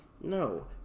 No